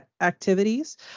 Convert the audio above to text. activities